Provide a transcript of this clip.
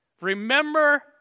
Remember